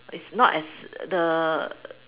it's not as the